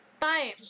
time